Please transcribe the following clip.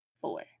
Four